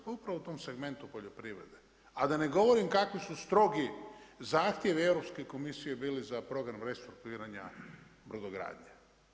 Pa upravo u tom segmentu poljoprivrede, a da ne govorim kakvi su strogi zahtjevi Europske komisije bili za program restrukturiranja brodogradnje.